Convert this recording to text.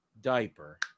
diaper